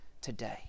today